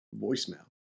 Voicemail